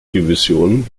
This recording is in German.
division